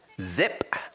Zip